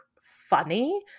funny